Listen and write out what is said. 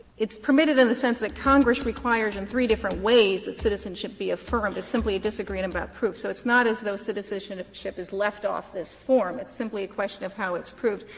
it's permitted in the sense that congress requires in three different ways that citizenship be affirmed. it's simply disagreeing about proof. so it's not as though citizenship is left off this form, it's simply a question of how it's proved.